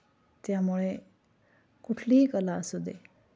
त्यामुळे कुठलीही कला असू दे